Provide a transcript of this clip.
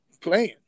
playing